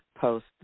post